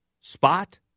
spot